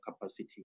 capacity